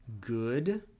good